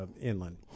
Inland